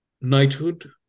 Knighthood